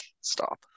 stop